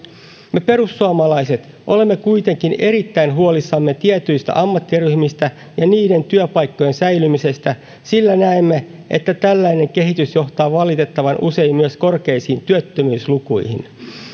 me perussuomalaiset olemme kuitenkin erittäin huolissamme tietyistä ammattiryhmistä ja niiden työpaikkojen säilymisestä sillä näemme että tällainen kehitys johtaa valitettavan usein myös korkeisiin työttömyyslukuihin